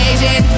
Asian